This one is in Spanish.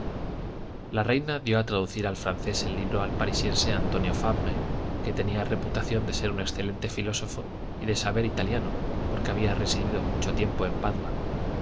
la reina dio a traducir al francés el libro al parisiense antonio fabre que tenía reputación de ser un excelente filósofo y de saber italiano porque había residido mucho tiempo en padua